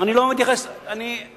אני לא מתייחס, אני מפריד.